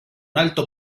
alto